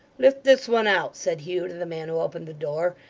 lift this one out said hugh to the man who opened the door,